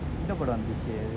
Jodha Akbar akbar